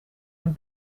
een